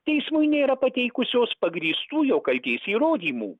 teismui nėra pateikusios pagrįstų jo kaltės įrodymų